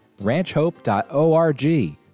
ranchhope.org